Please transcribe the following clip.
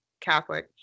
Catholic